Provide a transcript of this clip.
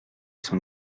son